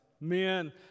Men